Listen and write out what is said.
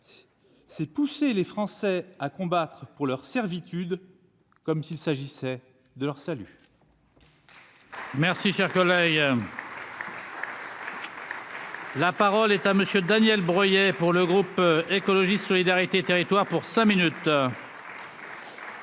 c'est pousser les Français à combattre pour leur servitude comme s'il s'agissait de leur salut.